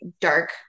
dark